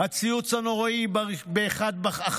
הציוץ הנוראי ב-01:00,